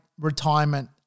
retirement